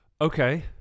Okay